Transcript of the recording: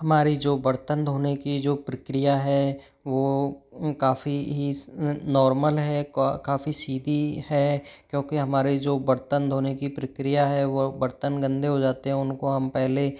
हमारी जो बर्तन धोने की जो प्रक्रिया है वो काफ़ी ही नॉर्मल है काफ़ी सीधी है क्योंकि हमारे जो बर्तन धोने की प्रक्रिया है वो बर्तन गंदे हो जाते हैं उनको हम पहले